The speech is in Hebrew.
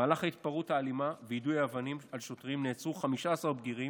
במהלך ההתפרעות האלימה ויידוי האבנים על שוטרים נעצרו 15 בגירים,